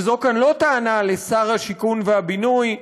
וזו כאן לא טענה לשר הבינוי והשיכון,